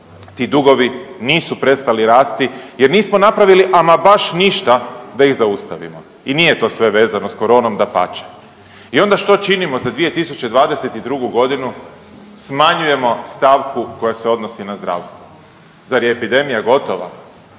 ti dugovi nisu prestali rasti jer nismo napravili ama baš ništa da ih zaustavimo i nije to sve vezano s koronom, dapače. I onda što činimo za 2022.g.? smanjujemo stavku koja se odnosi na zdravstvo. Zar je epidemija gotova?